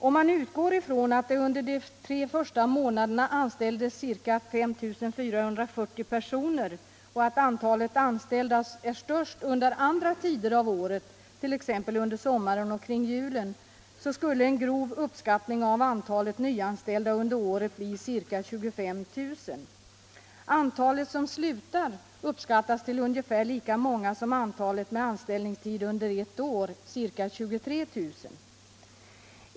Om man utgår ifrån att det under de tre första månaderna anställdes ca 5440 personer och att antalet anställda är störst under andra tider av året, t.ex. under sommaren och kring julen, skulle en grov uppskattning av antalet nyanställda under året bli ca 25 000. Antalet som slutar uppskattas till ungefär lika många som antalet med kortare anställningstid än ett år, ca 23 000.